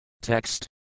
Text